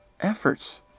efforts